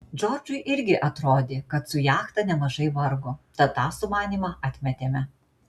džordžui irgi atrodė kad su jachta nemažai vargo tad tą sumanymą atmetėme